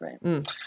right